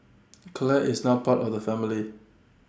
Clare is now part of the family